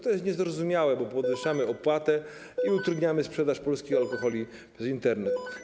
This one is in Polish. To jest niezrozumiałe, bo podwyższamy opłatę i utrudniamy sprzedaż polskich alkoholi przez Internet.